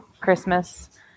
Christmas